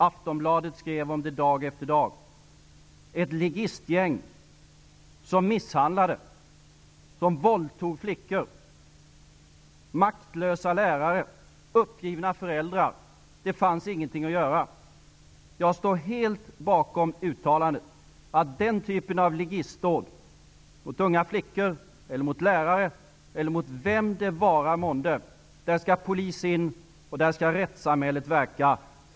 Aftonbladet skrev om det dag efter dag: ett ligistgäng som misshandlade, som våldtog flickor, maktlösa lärare, uppgivna föräldrar. Det fanns ingenting att göra. Jag står helt bakom uttalandet att vid den typen av ligistdåd mot unga flickor eller mot lärare eller mot vem det vara månde skall polis sättas in. Där skall rättssamhället verka.